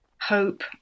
hope